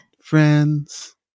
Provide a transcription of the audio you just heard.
Friends